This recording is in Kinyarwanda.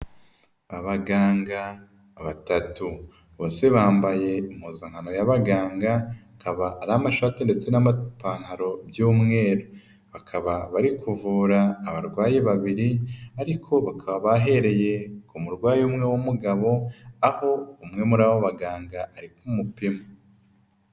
Abaganga batatu, bose bambaye impuzankano ya baganga, ikaba ari amashati ndetse n'amapantaro by'umweru, bakaba bari kuvura abarwayi babiri, ariko bakaba bahereye ku murwayi umwe w'umugabo, aho umwe muri abo baganga ari kumupima.